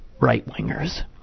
right-wingers